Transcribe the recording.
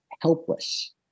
helpless